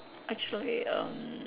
actually erm